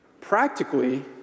practically